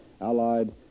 Allied